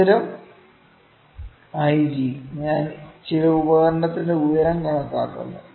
ഉയരം IG ഞാൻ ചില ഉപകരണത്തിന്റെ ഉയരം കണക്കാക്കുന്നു